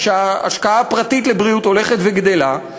כשההשקעה הפרטית לבריאות הולכת וגדלה,